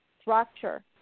structure